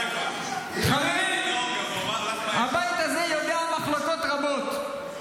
--- חברים, הבית הזה יודע מחלוקות רבות.